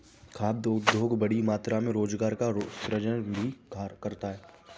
खाद्य उद्योग बड़ी मात्रा में रोजगार का सृजन भी करता है